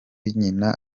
nyina